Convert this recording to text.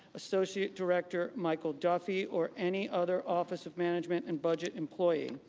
associate director michael duffey or any other office of management and budget employee.